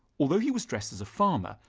although he was dressed as a farmer,